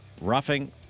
roughing